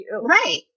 right